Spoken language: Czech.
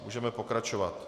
Můžeme pokračovat.